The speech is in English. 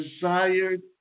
desired